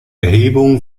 erhebung